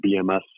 BMS